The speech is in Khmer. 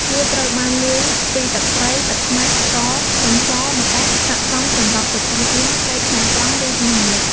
វាត្រូវបានលាយពីទឹកត្រី ទឹកខ្មេះ ស្ករ ខ្ទឹមស ម្ទេស ស័ក្តិសមសម្រាប់ទទួលទានពេលថ្ងៃត្រង់ ឬល្ងាច។